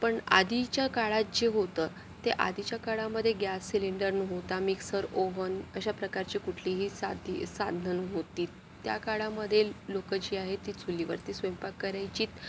पण आधीच्या काळात जे होतं ते आधीच्या काळामध्ये गॅस सिलेंडर नव्हता मिक्सर ओवन अशा प्रकारची कुठलीही साधी साधनं नव्हती त्या काळामध्ये लोकं जी आहेत ती चुलीवरती स्वयंपाक करायची